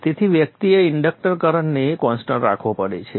તેથી વ્યક્તિએ ઇન્ડક્ટર કરંટને કોન્સ્ટન્ટ રાખવો પડે છે